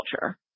culture